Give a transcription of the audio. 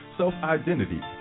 self-identity